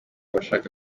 bashaka